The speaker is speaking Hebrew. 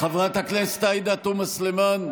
חברת הכנסת עאידה תומא סלימאן,